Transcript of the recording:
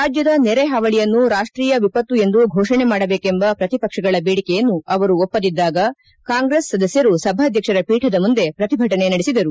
ರಾಜ್ಯದ ನೆರೆ ಪಾವಳಿಯನ್ನು ರಾಷ್ಟೀಯ ವಿಪತ್ತು ಎಂದು ಘೋಷಣೆ ಮಾಡಬೇಕೆಂಬ ಪ್ರತಿಪಕ್ಷಗಳ ಬೇಡಿಕೆಯನ್ನು ಅವರು ಒಪ್ಪದಿದ್ದಾಗ ಕಾಂಗ್ರೆಸ್ ಸದಸ್ಕರು ಸಭಾಧ್ಯಕ್ಷರ ಪೀಠದ ಮುಂದೆ ಪ್ರತಿಭಟನೆ ನಡೆಸಿದರು